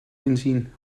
inzien